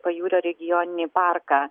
pajūrio regioninį parką